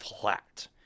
flat